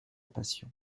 passion